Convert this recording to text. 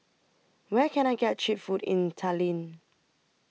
Where Can I get Cheap Food in Tallinn